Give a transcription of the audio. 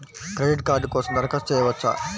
Credit card కోసం దరఖాస్తు చేయవచ్చా?